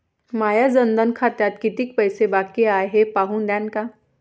माया जनधन खात्यात कितीक पैसे बाकी हाय हे पाहून द्यान का?